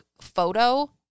photo